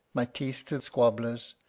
my teeth to squabblers,